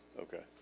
okay